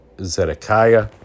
Zedekiah